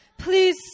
Please